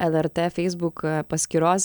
lrt feisbuk paskyros